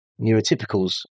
neurotypicals